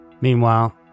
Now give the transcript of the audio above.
Meanwhile